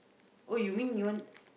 oh you mean you want